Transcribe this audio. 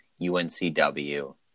UNCW